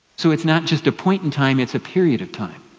so it's not just a point in time, it's a period of time.